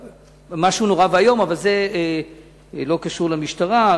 משהו נורא ואיום, אבל זה לא קשור למשטרה.